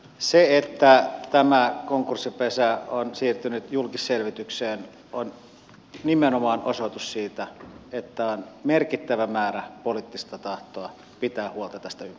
se että tämä konkurssipesä on siirtynyt julkisselvitykseen on nimenomaan osoitus siitä että on merkittävä määrä poliittista tahtoa pitää huolta tästä ympäristöstä